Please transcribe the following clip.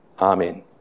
Amen